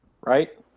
Right